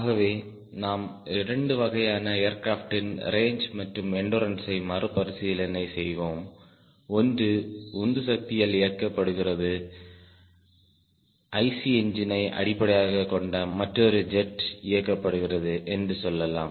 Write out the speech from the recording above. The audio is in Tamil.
ஆகவே நாம் 2 வகையான ஏர்கிராப்டின் ரேஞ்ச் மற்றும் என்டுறன்ஸை மறுபரிசீலனை செய்வோம் ஒன்று உந்துசக்தியால் இயக்கப்படுகிறது IC என்ஜினை அடிப்படையாகக் கொண்ட மற்றொரு ஜெட் இயக்கப்படுகிறது என்று சொல்லலாம்